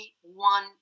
one